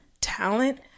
talent